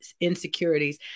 insecurities